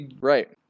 Right